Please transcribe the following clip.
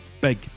big